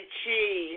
chi